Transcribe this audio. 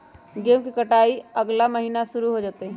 गेहूं के कटाई अगला महीना शुरू हो जयतय